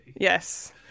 Yes